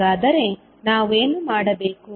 ಹಾಗಾದರೆ ನಾವೇನು ಮಾಡಬೇಕು